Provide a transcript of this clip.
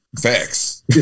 Facts